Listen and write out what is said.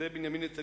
זה בנימין נתניהו,